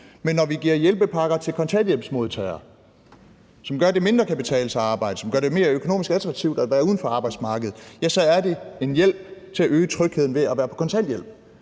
Men når vi giver hjælpepakker til kontanthjælpsmodtagere, som gør, at det mindre kan betale sig at arbejde, og som gør det mere økonomisk attraktivt at være uden for arbejdsmarkedet, så er det en hjælp til at øge trygheden ved at være på kontanthjælp.